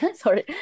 sorry